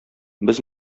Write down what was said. без